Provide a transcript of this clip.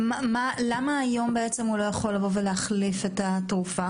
למה הוא לא יכול להחליף את התרופה?